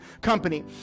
company